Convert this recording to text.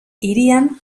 hirian